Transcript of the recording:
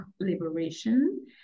liberation